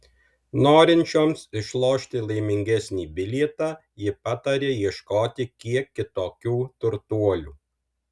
norinčioms išlošti laimingesnį bilietą ji pataria ieškoti kiek kitokių turtuolių